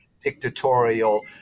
dictatorial